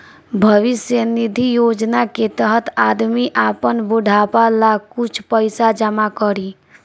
भविष्य निधि योजना के तहत आदमी आपन बुढ़ापा ला कुछ पइसा जमा करी